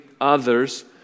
others